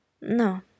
No